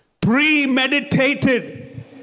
Premeditated